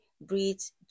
breeds